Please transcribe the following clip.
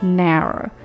narrow